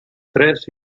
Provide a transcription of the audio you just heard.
tres